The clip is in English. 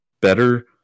better